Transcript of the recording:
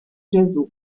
gesù